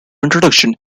introduction